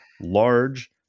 large